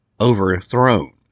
overthrown